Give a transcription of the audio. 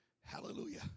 Hallelujah